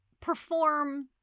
perform